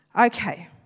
Okay